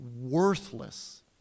worthless